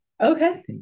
Okay